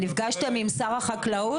נפגשתם עם שר החקלאות?